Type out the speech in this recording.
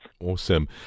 Awesome